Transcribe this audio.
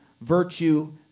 virtue